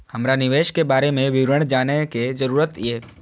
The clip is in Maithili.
हमरा निवेश के बारे में विवरण जानय के जरुरत ये?